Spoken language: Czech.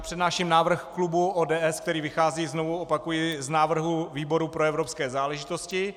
Přednáším návrh klubu ODS, který vychází, znovu opakuji, z návrhu výboru pro evropské záležitosti.